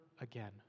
again